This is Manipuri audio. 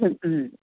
ꯎꯝ